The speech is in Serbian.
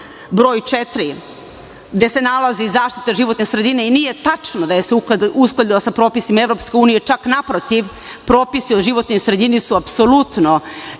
broj 4. gde se nalazi zaštita životne sredine i nije tačno da se uskladila sa propisima EU, čak naprotiv propisi o životnoj sredini su apsolutno ispod